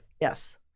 yes